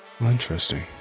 Interesting